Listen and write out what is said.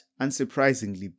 unsurprisingly